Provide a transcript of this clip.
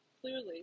Clearly